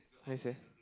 what you say